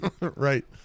right